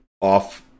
off